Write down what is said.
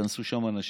התכנסו שם אנשים,